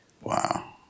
Wow